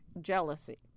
jealousy